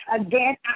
Again